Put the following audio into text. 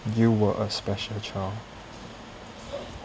you were a special child